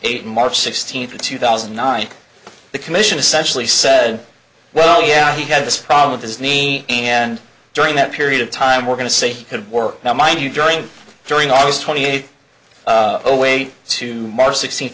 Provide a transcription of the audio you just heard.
eight and march sixteenth two thousand and nine the commission essentially said well yeah he had this problem with his knee and during that period of time we're going to say good work now mind you during during all those twenty eight oh wait to march sixteenth